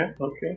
okay